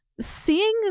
Seeing